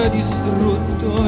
distrutto